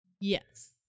yes